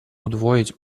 удвоить